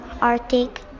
Arctic